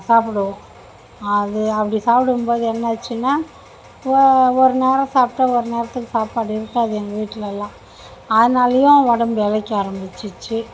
சாப்பிடுவோம் அது அப்படி சாப்பிடும்போது என்னாச்சின்னா ஓ ஒரு நேரம் சாப்பிட்டா ஒரு நேரத்துக்கு சாப்பாடு இருக்காது எங்கள் வீட்லலாம் அதனாலயும் உடம்பு இளைக்க ஆரம்பிச்சிச்சு